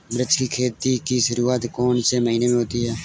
मिर्च की खेती की शुरूआत कौन से महीने में होती है?